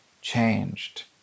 changed